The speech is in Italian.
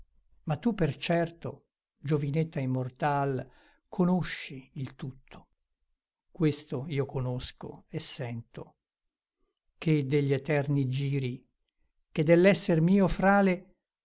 ma tu per certo giovinetta immortal conosci il tutto questo io conosco e sento che degli eterni giri che dell'esser mio frale